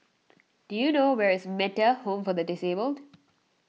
do you know where is Metta Home for the Disabled